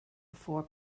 four